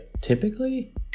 Typically